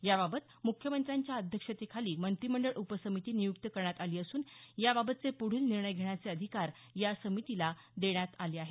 याबाबत मुख्यमंत्र्यांच्या अध्यक्षतेखाली मंत्रिमंडळ उपसमिती नियुक्त करण्यात आली असून याबाबतचे पुढील निर्णय घेण्याचे अधिकार या समितीला देण्यात आले आहेत